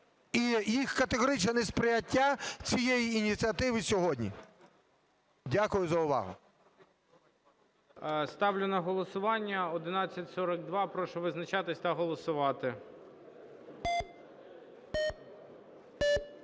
і їх категоричне несприйняття цієї ініціативи сьогодні. Дякую за увагу. ГОЛОВУЮЧИЙ. Ставлю на голосування 1142. Прошу визначатись та голосувати.